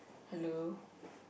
hello